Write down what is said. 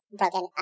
broken